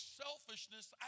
selfishness